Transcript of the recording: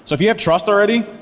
so if you have trust already,